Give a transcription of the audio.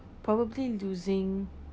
probably losing